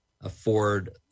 afford